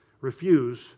Refuse